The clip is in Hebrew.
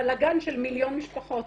הבלאגן של מיליון משפחות?